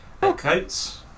Coats